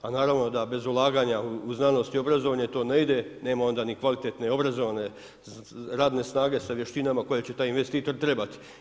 A naravno da bez ulaganja u znanost i obrazovanje to ne ide, nema onda ni kvalitetne ni obrazovane radne snage sa vještinama koje će taj investitor trebati.